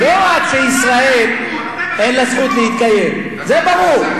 לא רק שישראל אין לה זכות להתקיים, זה ברור.